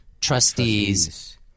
Trustees